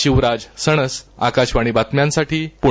शिवराज सणस आकाशवाणी बातम्यांसाठी पुणे